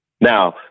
Now